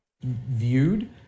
viewed